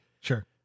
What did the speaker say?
Sure